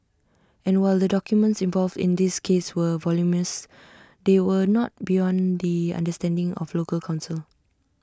and while the documents involved in this case were voluminous they were not beyond the understanding of local counsel